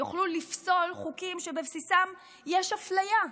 יוכלו לפסול חוקים שבבסיסם יש אפליה.